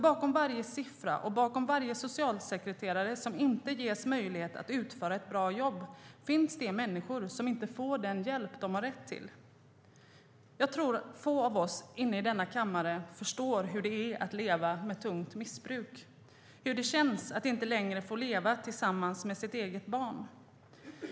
Bakom varje siffra och bakom varje socialsekreterare som inte ges möjlighet att utföra ett bra jobb finns nämligen de människor som inte får den hjälp de har rätt till. Jag tror att få av oss i denna kammare förstår hur det är att leva med tungt missbruk eller hur det känns att inte längre få leva tillsammans med sitt eget barn.